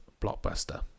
blockbuster